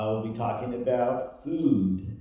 we'll be talking about food.